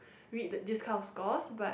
read the this kind of scores but